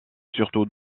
surtout